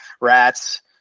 rats